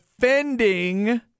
defending –